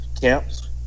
camps